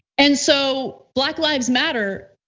and so black lives matter.